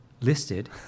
listed